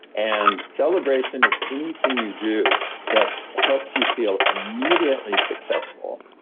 and celebration is anything you do that helps you feel immediately successful.